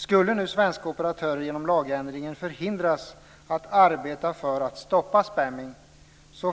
Skulle nu svenska operatörer genom lagändringen förhindras att arbeta för att stoppa spamming